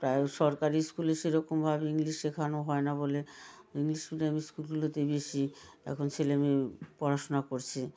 প্রায় সরকারি ইস্কুলে সেরকমভাবে ইংলিশ শেখানো হয় না বলে ইংলিশ মিডিয়াম ইস্কুলগুলোতে বেশি এখন ছেলেমেয়ে পড়াশোনা করছে